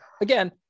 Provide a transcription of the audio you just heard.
again